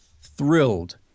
thrilled